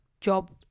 job